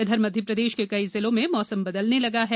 इधर मध्यप्रदेश के कई जिलों में मौसम बदलने लगा है